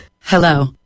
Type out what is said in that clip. hello